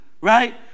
right